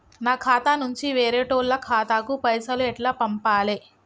నా ఖాతా నుంచి వేరేటోళ్ల ఖాతాకు పైసలు ఎట్ల పంపాలే?